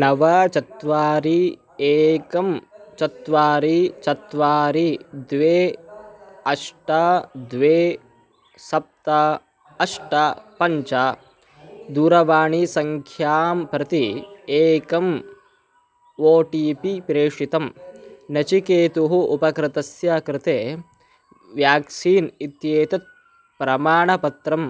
नव चत्वारि एकं चत्वारि चत्वारि द्वे अष्ट द्वे सप्त अष्ट पञ्च दूरवाणीसङ्ख्यां प्रति एकम् ओ टी पी प्रेषितं नचिकेतुः उपकृतस्य कृते व्याक्सीन् इत्येतत् प्रमाणपत्रम्